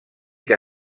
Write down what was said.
que